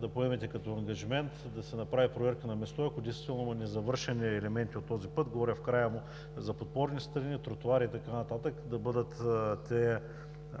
да поемете като ангажимент да се направи проверка на място, и ако действително има незавършени елементи от този пъти, говоря в края му за подпорни стени, за тротоари и така нататък,